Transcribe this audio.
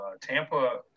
Tampa